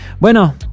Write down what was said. Bueno